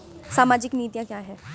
सामाजिक नीतियाँ क्या हैं?